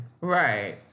right